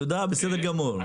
תודה, בסדר גמור.